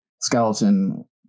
skeleton